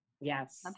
Yes